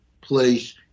place